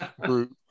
group